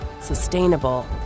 sustainable